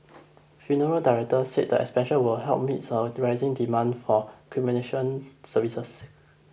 funeral directors said the expansion will help meet a rising demand for cremation services